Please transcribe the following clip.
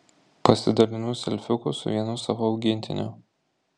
pasidalinu selfiuku su vienu savo augintiniu